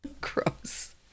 Gross